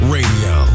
Radio